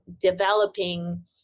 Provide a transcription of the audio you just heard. developing